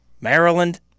Maryland